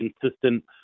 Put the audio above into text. consistent